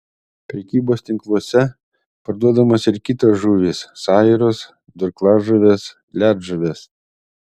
prekybos tinkluose parduodamos ir kitos žuvys sairos durklažuvės ledžuvės